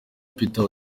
peter